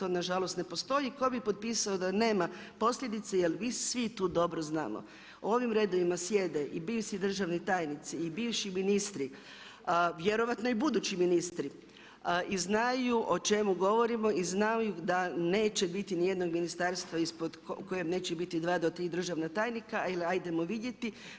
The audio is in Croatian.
On nažalost ne postoji i ko bi potpisao da nema posljedice jer vi svi tu dobro znamo, u ovim redovima sjede i bivši državni tajnici, i bivši ministrici, vjerojatno i budući ministri i znaju o čemu govorimo i znaju da neće biti niti jednog ministarstva u kojem neće biti dva do tri državna tajnika, ili ajdemo vidjeti.